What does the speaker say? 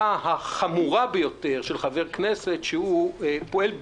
והתשובה הייתה: ככל שזה משהו שחל על כל